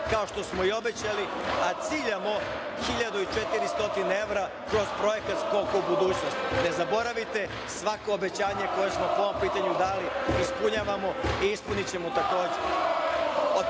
kao što smo i obećali, a ciljamo 1400 evra kroz projekat „Skok u budućnost“. Ne zaboravite svako obećanje koje smo po ovom pitanju dali ispunjavamo i ispunićemo takođe. Od